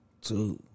two